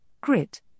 grit